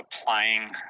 applying